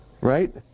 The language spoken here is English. Right